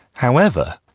however,